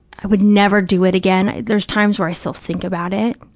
i would never do it again. there's times where i still think about it,